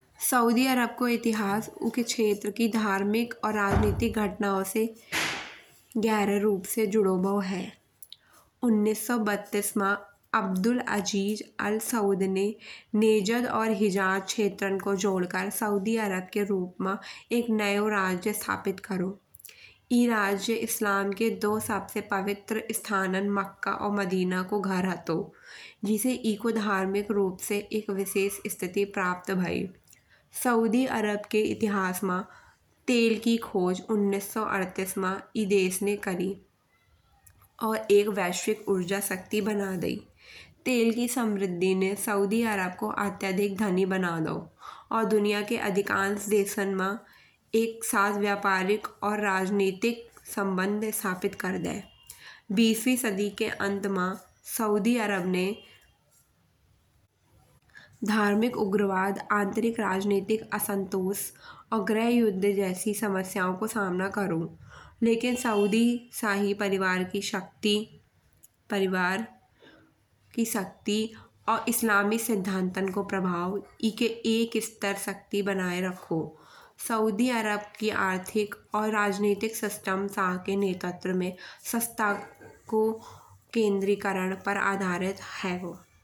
Saudi Arab को इतिहास के क्षेत्र की धार्मिक और राजनीतिक घटनाओं से गहरो रूप से जुड़ो भाव है। उन्नीस सौ बत्तीस मा अब्दुल अज़ीज़-अलसौद ने नेज़द और हिज़ाज क्षेत्रों को जोड़कर सऊदी अरब के रूप मा एक नयो राज्य स्थापित करो। ए राज्या इस्लाम के दो सबसे पवित्र स्थानान मक्का और मदीना को घर हतो। जिसे एको धार्मिक रूप से एक विशेष स्थिति प्राप्त भई। सऊदी अरब के इतिहास मा तेल की खोज उन्नीस सौ अठ्ठाईस मा ई देश ने करी। और एक वैश्विक ऊर्जा शक्ति बना दई। तेल की समृद्धि ने सऊदी अरब को अत्यधिक धनी बना दओ। और दुनिया के अधिकांश देशन मा एक साथ व्यापारिक और राजनीतिक संबंध स्थापित कर दये। बीसवी शदी के अंत मा सऊदी अरब ने धार्मिक उग्रवाद, आंतरिक राजनीतिक असंतोष और गृहयुद्ध जैसी समस्याओं को सामना करो। लेकिन सऊदी शाही परिवार की शक्ति और इस्लामी सिद्धांतन को प्रभाव एके एक स्थायित्व बनाये राखो। सऊदी अरब की आर्थिक और राजनीतिक के नेतृत्व में सत्ता को केंद्रीकरण पर आधरिक हेगो।